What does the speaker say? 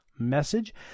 Message